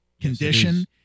condition